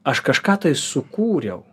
aš kažką tai sukūriau